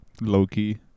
Loki